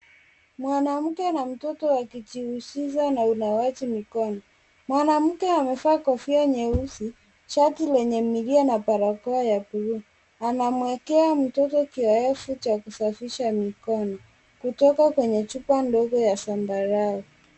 Mwanamke na mtoto wakijihusisha na unawaji mikono, mwanamke amefaa kofia nyeusi, shati lenye milio na barakoa ya bulu, anamwekea mtoto kiowevu cha kusafisha mikono kutoka kwenye chupa ndogo ya sambarau.